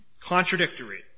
contradictory